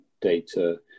data